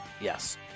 yes